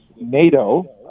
NATO